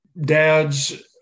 Dads